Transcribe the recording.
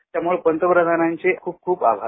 त्यामुळे पंतप्रधानांचे खूप खूप आभार